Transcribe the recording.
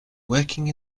working